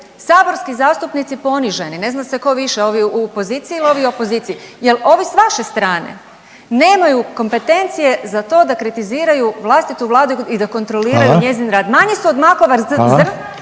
saborski zastupnici poniženi, ne zna se tko više, ovi u poziciji ili ovi opoziciji. Jer ovi s vaše strane nemaju kompetencije za to da kritiziraju vlastitu Vladu i da kontroliraju njezin rad. .../Upadica: Hvala./...